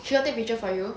she got take picture for you